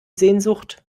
sehnsucht